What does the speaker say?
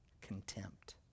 contempt